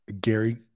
Gary